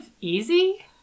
easy